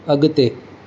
अॻिते